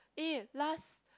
uh last